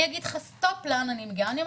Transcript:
אגיד לך סטופ ונראה לאן אני מגיעה.